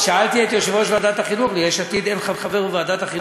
שאלתי את יושב-ראש ועדת החינוך אם ליש עתיד אין חבר בוועדת החינוך.